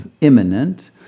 imminent